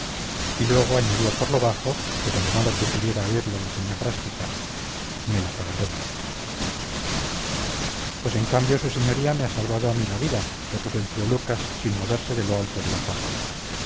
y luego añadió por lo bajo pero de modo que pudiera oírlo la señá frasquita me la pagaréis pues en cambio su señoría me ha salvado a mí la vida repuso el tío lucas sin moverse de lo alto de la parra